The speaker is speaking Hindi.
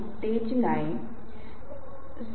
इसलिए मैं इस बारे में एक क्षण में बात करूंगा